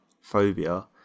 phobia